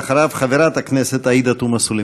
ואחריו, חברת הכנסת עאידה תומא סלימאן.